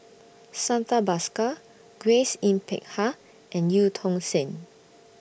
Santha Bhaskar Grace Yin Peck Ha and EU Tong Sen